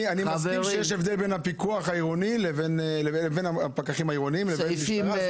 אני מסכים שיש הבדל בין פיקוח עירוני לבין משטרה.